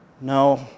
No